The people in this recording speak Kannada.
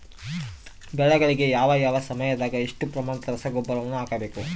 ಬೆಳೆಗಳಿಗೆ ಯಾವ ಯಾವ ಸಮಯದಾಗ ಎಷ್ಟು ಪ್ರಮಾಣದ ರಸಗೊಬ್ಬರವನ್ನು ಹಾಕಬೇಕು?